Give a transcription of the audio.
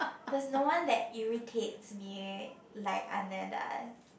there's no one that irritates me like Aneda